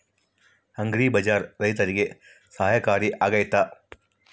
Agri bazaar ರೈತರಿಗೆ ಸಹಕಾರಿ ಆಗ್ತೈತಾ?